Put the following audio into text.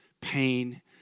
pain